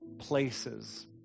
places